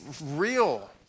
real